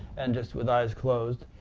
and just with eyes closed,